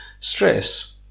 stress